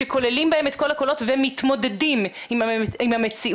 שכוללים בהם את כל הקולות ומתמודדים עם המציאות,